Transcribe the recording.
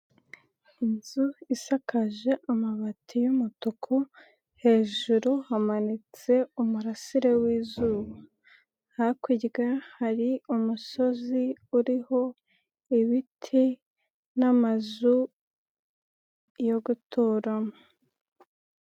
Inzu isakaje amabati y'umutuku, hejuru hamanitse umurasire w'izuba, hakurya hari umusozi uriho ibiti n'amazu yo guturamo.